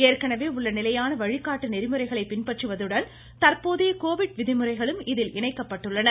ஏற்கனவே உள்ள நிலையான வழிகாட்டு நெறிமுறைகளை பின்பற்றுவதுடன் தற்போதைய கோவிட் விதிமுறைகளும் இதில் இணைக்கப்பட்டுள்ளன